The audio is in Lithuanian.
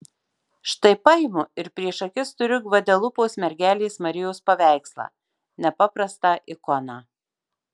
štai paimu ir prieš akis turiu gvadelupos mergelės marijos paveikslą nepaprastą ikoną